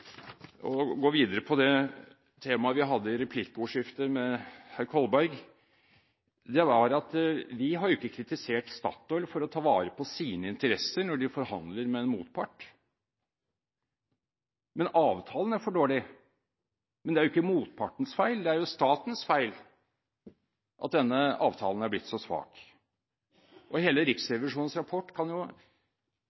å gå videre med temaet fra replikkordskiftet med herr Kolberg: Vi har ikke kritisert Statoil for å ta vare på sine interesser når de forhandler med en motpart, men avtalen er for dårlig. Men det er ikke motpartens feil, det er statens feil at denne avtalen er blitt så svak. Hele